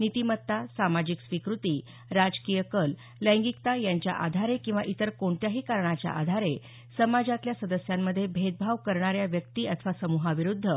नीतिमत्ता सामाजिक स्वीकृती राजकीय कल लैंगिकता यांच्या आधारे किंवा इतर कोणत्याही कारणाच्या आधारे समाजातल्या सदस्यांमध्ये भेदभाव करणाऱ्या व्यक्ति अथवा समूहाविरुद्ध